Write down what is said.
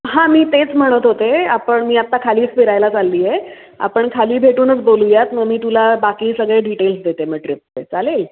हां मी तेच म्हणत होते आपण मी आता खालीच फिरायला चालले आहे आपण खाली भेटूनच बोलूयात मग मी तुला बाकी सगळे डिटेल्स देते मग ट्रिपचे चालेल